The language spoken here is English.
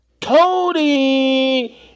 Cody